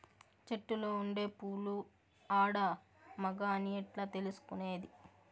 చెట్టులో ఉండే పూలు ఆడ, మగ అని ఎట్లా తెలుసుకునేది?